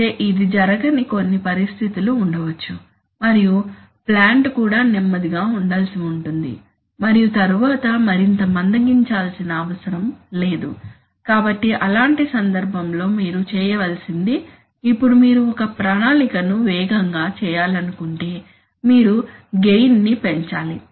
అయితే ఇది జరగని కొన్ని పరిస్థితులు ఉండవచ్చు మరియు ప్లాంట్ కూడా నెమ్మదిగా ఉండాల్సి ఉంటుంది మరియు తరువాత మరింత మందగించాల్సిన అవసరం లేదు కాబట్టి అలాంటి సందర్భంలో మీరు చేయవలసింది ఇప్పుడు మీరు ఒక ప్రణాళికను వేగంగా చేయాలనుకుంటే మీరు గెయిన్ ని పెంచాలి